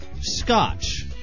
Scotch